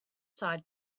side